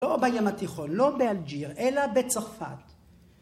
‫לא בים התיכון, לא באלג'יר, ‫אלא בצרפת.